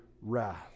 wrath